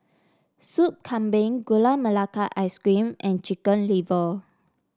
Soup Kambing Gula Melaka Ice Cream and Chicken Liver